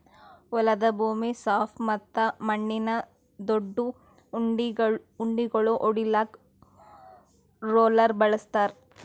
ಹೊಲದ ಭೂಮಿ ಸಾಪ್ ಮತ್ತ ಮಣ್ಣಿನ ದೊಡ್ಡು ಉಂಡಿಗೋಳು ಒಡಿಲಾಕ್ ರೋಲರ್ ಬಳಸ್ತಾರ್